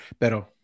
Pero